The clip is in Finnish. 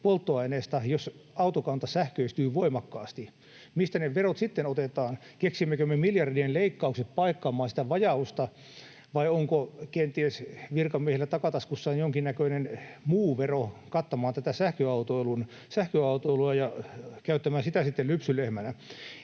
polttoaineverotuloille, jos autokanta sähköistyy voimakkaasti? Mistä ne verot sitten otetaan? Keksimmekö me miljardien leikkaukset paikkaamaan sitä vajausta, vai onko virkamiehillä kenties takataskussaan jonkinnäköinen muu vero kattamaan tätä sähköautoilua ja käytettäväksi sitten lypsylehmänä?